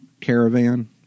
caravan